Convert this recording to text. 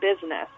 business